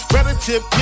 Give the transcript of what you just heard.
Relative